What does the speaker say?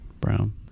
brown